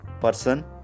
person